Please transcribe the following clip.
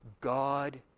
God